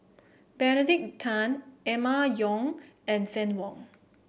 Benedict Tan Emma Yong and Fann Wong